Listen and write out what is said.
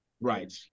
Right